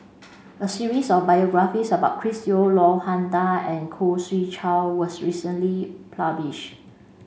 a series of biographies about Chris Yeo Han Lao Da and Khoo Swee Chiow was recently published